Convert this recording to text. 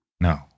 No